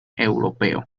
europeo